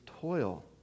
toil